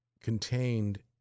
contained